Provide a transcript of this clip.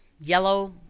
yellow